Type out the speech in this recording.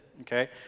Okay